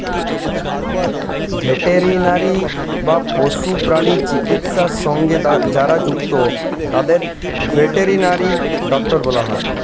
veterinary বা পশু প্রাণী চিকিৎসা সঙ্গে যারা যুক্ত তাদের ভেটেরিনারি ডক্টর বলা হয়